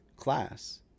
Class